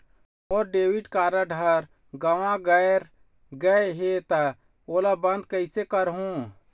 मोर debit card हर गंवा गैर गए हे त ओला बंद कइसे करहूं?